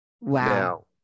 Wow